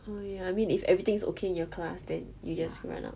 oh ya I mean if everything is okay in your class then you just run out